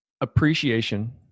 appreciation